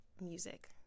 music